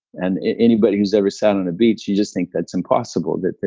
and anybody who's ever sat on a beach, you just think that's impossible that,